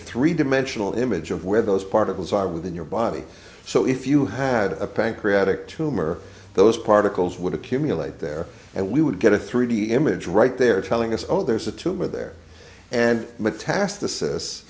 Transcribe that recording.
three dimensional image of where those particles are within your body so if you had a pancreatic tumor those particles would accumulate there and we would get a three d image right there telling us oh there's a tumor there and metastasi